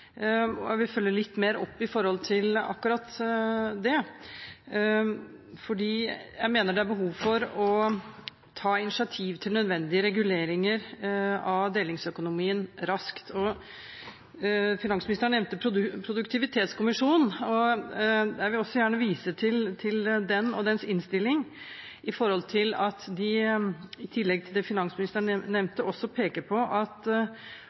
Jeg vil følge litt mer opp i forhold til akkurat det. Jeg mener det er behov for å ta initiativ til nødvendige reguleringer av delingsøkonomien raskt. Finansministeren nevnte Produktivitetskommisjonen, og jeg vil også gjerne vise til den og dens innstilling, hvor de, i tillegg til det finansministeren nevnte, peker på at